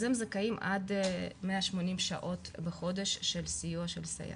אז הם זכאים עד 180 שעות בחודש של סיוע של סייעת.